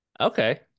Okay